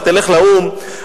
ותלך לאו"ם,